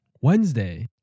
Wednesday